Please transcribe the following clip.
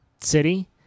city